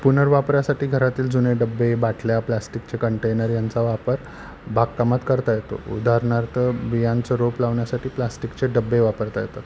पुनर्वापरासाठी घरातील जुने डबे बाटल्या प्लास्टिकचे कंटेनर यांचा वापर बागकामात करता येतो उदाहरणार्थ बियांचं रोप लावण्यासाठी प्लास्टिकचे डबे वापरता येतात